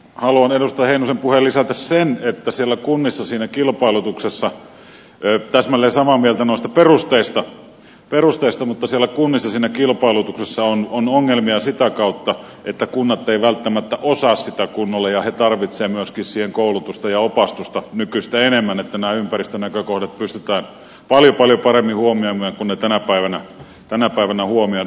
haluan edustaja heinosen puheeseen lisätä sen että olen täsmälleen samaa mieltä noista perusteista mutta siellä kunnissa siinä kilpailutuksessa on ongelmia sitä kautta että kunnat eivät välttämättä osaa sitä kunnolla ja he tarvitsevat myöskin siihen koulutusta ja opastusta nykyistä enemmän että nämä ympäristönäkökohdat pystytään paljon paljon paremmin huomioimaan kuin ne tänä päivänä huomioidaan